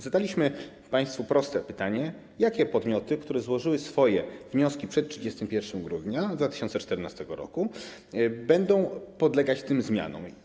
Zadaliśmy państwu proste pytanie: Jakie podmioty, które złożyły swoje wnioski przed 31 grudnia 2014 r., będą podlegać tym zmianom?